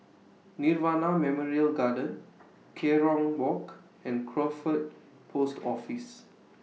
Nirvana Memorial Garden Kerong Walk and Crawford Post Office